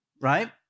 right